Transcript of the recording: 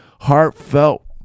heartfelt